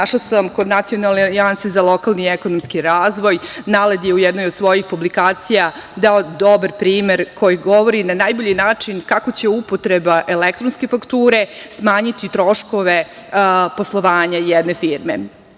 našla sam kod Nacionalne alijanse za lokalni ekonomski razvoj, NALED je u jednoj od svojih publikacija dao dobar primer koji govori na najbolji način kako će upotreba elektronske fakture smanjiti troškove poslovanja jedne firme.